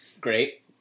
Great